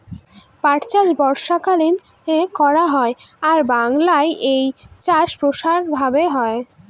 পাট চাষ বর্ষাকালীন করা হয় আর বাংলায় এই চাষ প্রসার ভাবে হয়